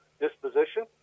disposition